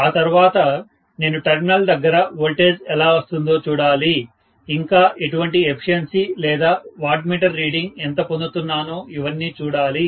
ఆ తర్వాత నేను టెర్మినల్ దగ్గర వోల్టేజ్ ఎలా వస్తుందో చూడాలి ఇంకా ఎటువంటి ఎఫిషియెన్సీ లేదా వాట్ మీటర్ రీడింగ్ ఎంత పొందుతున్నానో ఇవన్నీ చూడాలి